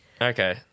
Okay